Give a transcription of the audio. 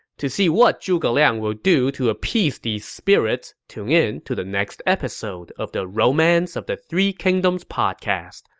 to see what zhuge liang will do to appease these spirits, tune in to the next episode of the romance of the three kingdoms podcast.